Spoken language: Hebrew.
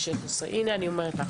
אני אומרת לך